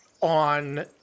on